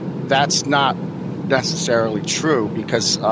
that's not necessarily true because,